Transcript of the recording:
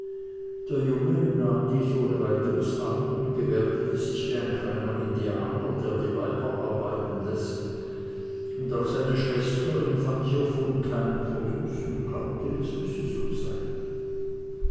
der junge nahm dies ohne weiteres an und gebärdete sich wie ein kleiner indianer der die weiber arbeiten läßt und auch seine schwester empfand hievon keinen verdruß und glaubte das müsse so sein